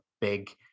big